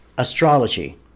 Astrology